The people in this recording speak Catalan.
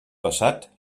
passat